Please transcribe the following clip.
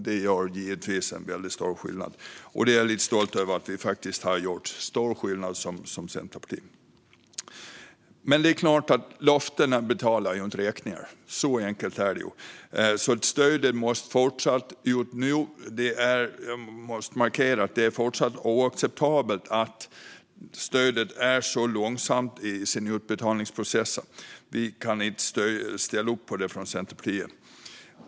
Det gör givetvis en väldigt stor skillnad, och jag är stolt över att Centerpartiet har varit med och gjort denna stora skillnad. Löften betalar dock inte räkningar. Så enkelt är det. Stöden måste ut nu. Jag måste markera att det är oacceptabelt att utbetalningsprocessen för stöden fortfarande är så långsam. Det kan vi inte ställa upp på från Centerpartiet.